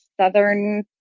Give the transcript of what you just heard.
Southern